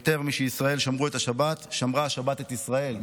יותר משישראל שמרו את השבת שמרה השבת את ישראל.